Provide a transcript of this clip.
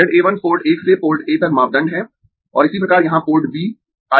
ZA 1 port 1 से port A तक मापदंड है और इसी प्रकार यहां पोर्ट B I पर ZB 1 × I 1 होगा